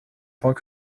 points